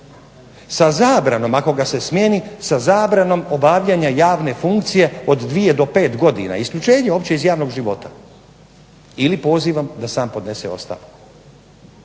sa zabranom, ako ga se smijeni sa zabranom obavljanja javne funkcije od dvije do pet godina, isključenje uopće iz javnog života ili pozivom da sam podnese ostavku.